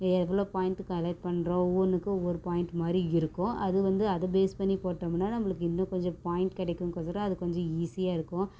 எவ்வளோ point collect பண்ணுறோம் ஒவ்வொன்றுக்கும் ஒவ்வொரு பாயிண்ட் மாதிரி இருக்கும் அது வந்து அது பேஸ் பண்ணி போட்டோம்ன்னால் நம்மளுக்கு இன்னும் கொஞ்சம் பாயிண்ட் கிடைக்கும் ஓசரம் அது கொஞ்சம் ஈஸியாக இருக்கும்